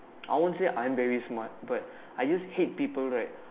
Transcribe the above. I won't say I'm very smart but I just hate people right